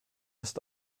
ist